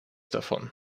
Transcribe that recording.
davon